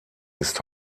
ist